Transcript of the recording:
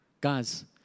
guys